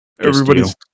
Everybody's